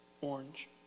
orange